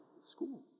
school